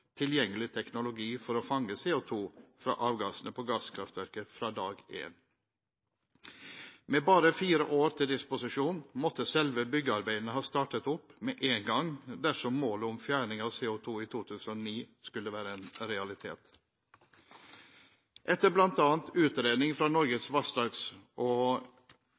tilgjengelig teknologi for å fange CO2 fra avgassene på gasskraftverket fra dag én. Med bare fire år til disposisjon måtte selve byggearbeidene ha startet opp med en gang dersom målet om fjerning av CO2 i 2009 skulle være en realitet. Etter bl.a. utredning fra Norges vassdrags- og